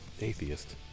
Atheist